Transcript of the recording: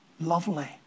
lovely